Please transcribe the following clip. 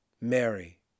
Mary